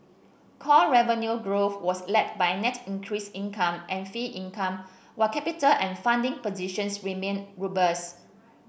core revenue growth was led by net interest income and fee income while capital and funding positions remain robust